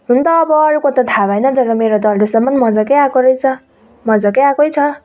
हुन त अब अरूको त थाहा भएन तर मेरो त अहिलेसम्म मजाकै आएको रहेछ मजाकै आएको छ